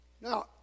Now